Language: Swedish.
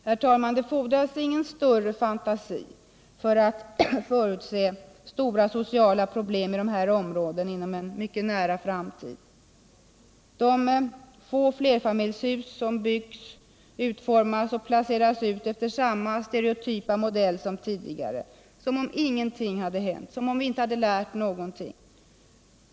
Det fordras ingen större fantasi för att förutse stora sociala problem i dessa områden inom en nära framtid. De få flerfamiljshus som byggs utformas och placeras ut efter samma stereotypa modell som tidigare, som om ingenting hade hänt och som om vi inte hade lärt någonting.